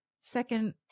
second